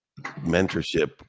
mentorship